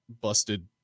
busted